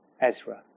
Ezra